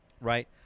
right